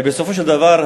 בסופו של דבר,